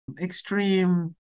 extreme